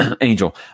Angel